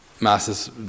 masses